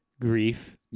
grief